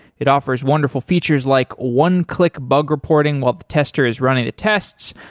it offers wonderful features like one click bug reporting while the tester is running the tests,